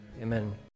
Amen